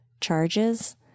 charges